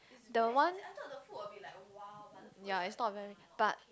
the one ya it's not very but